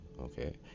okay